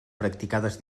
practicades